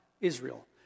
Israel